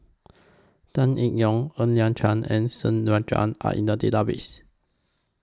Tan Eng Yoon Ng Liang Chiang and S Rajendran Are in The Database